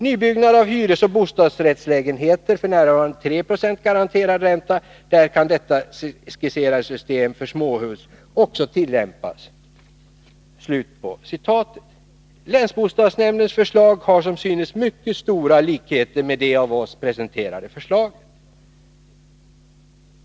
Ovan skisserat system för småhus bör kunna tillämpas även för denna bebyggelse.” Länsbostadsnämndens förslag har som synes mycket stora likheter med det av oss presenterade förslaget.